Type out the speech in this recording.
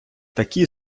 такі